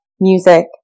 music